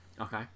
Okay